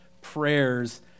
prayers